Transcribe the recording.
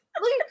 look